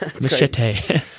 Machete